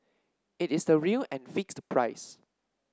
it is the real and fixed price